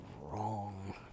wrong